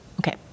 okay